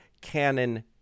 Canon